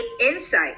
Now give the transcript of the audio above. insight